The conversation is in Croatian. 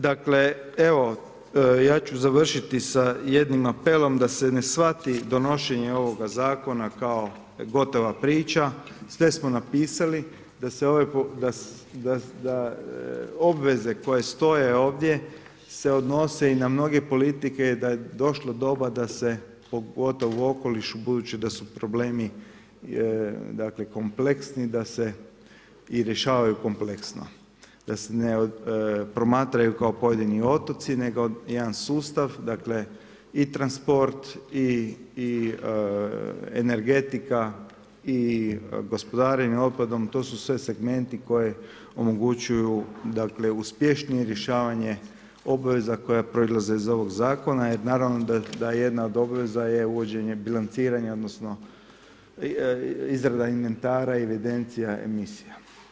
Dakle, evo ja ću završiti sa jednim apelom da se ne shvati donošenje ovog zakona kao gotova priča, sve smo napisali da obveze koje stoje ovdje se odnose i na mnoge politike i da je došlo doba da se pogotovo u okolišu budući da su problemi kompleksni, da se i rješavaju kompleksno, da se ne promatraju kao pojedini otoci nego jedan sustav i transport i energetika i gospodarenje otpadom to su sve segmenti koji omogućuju uspješnije rješavanje obveza koje proizlaze iz ovoga zakona jer naravno da je jedna od obveza uvođenje bilanciranja odnosno izrada inventara i evidencija emisija.